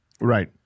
Right